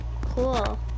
Cool